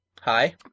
Hi